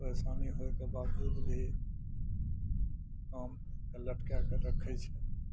परेशानी होइके बावजूद भी कामके लटकाइके रखय छै